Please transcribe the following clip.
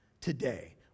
today